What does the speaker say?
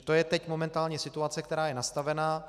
To je teď momentálně situace, která je nastavená.